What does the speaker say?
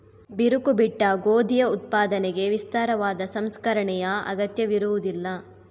ಬಿರುಕು ಬಿಟ್ಟ ಗೋಧಿಯ ಉತ್ಪಾದನೆಗೆ ವಿಸ್ತಾರವಾದ ಸಂಸ್ಕರಣೆಯ ಅಗತ್ಯವಿರುವುದಿಲ್ಲ